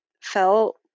felt